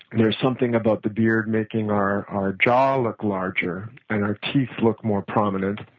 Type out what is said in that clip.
and there's something about the beard making our our jaw look larger and our cheeks look more prominent,